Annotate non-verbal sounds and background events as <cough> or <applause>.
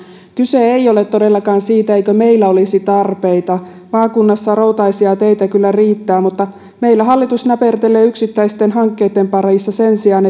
kyse ei ole todellakaan siitä etteikö meillä olisi tarpeita maakunnassa routaisia teitä kyllä riittää mutta meillä hallitus näpertelee yksittäisten hankkeitten parissa sen sijaan <unintelligible>